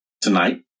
Tonight